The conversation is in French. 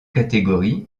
catégories